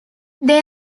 they